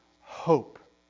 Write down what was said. hope